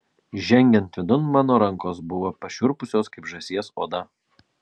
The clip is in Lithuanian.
žengiant vidun mano rankos buvo pašiurpusios kaip žąsies oda